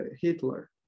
Hitler